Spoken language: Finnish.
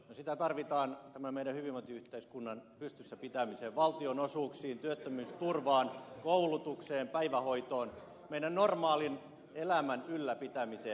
no sitä tarvitaan tämän meidän hyvinvointiyhteiskuntamme pystyssä pitämiseen valtionosuuksiin työttömyysturvaan koulutukseen päivähoitoon meidän normaalin elämämme ylläpitämiseen